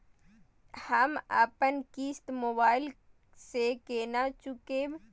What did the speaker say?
हम अपन किस्त मोबाइल से केना चूकेब?